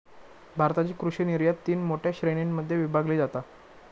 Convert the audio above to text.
भारताची कृषि निर्यात तीन मोठ्या श्रेणीं मध्ये विभागली जाता